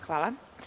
Hvala.